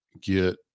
get